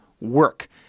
work